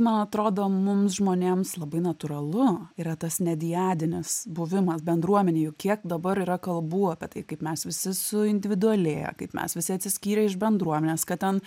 man atrodo mums žmonėms labai natūralu yra tas nediadinis buvimas bendruomenėj jau kiek dabar yra kalbų apie tai kaip mes visi suindividualėję kaip mes visi atsiskyrę iš bendruomenės kad ten